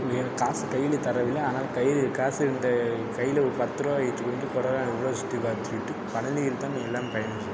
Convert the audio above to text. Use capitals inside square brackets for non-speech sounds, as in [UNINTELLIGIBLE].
எனக்கு காசு கையில தரவில்ல ஆனால் கையில காசு என்கிட்ட கையில ஒரு பத்து ரூவா எடுத்துக்கொண்டு கொடைக்கானல் ஃபுல்லாக சுற்றி பார்த்துக்கிட்டு பழனியில் தான் எல்லாம் [UNINTELLIGIBLE]